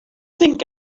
think